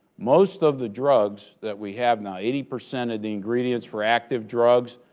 most of the drugs that we have now, eighty percent of the ingredients for active drugs,